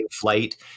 flight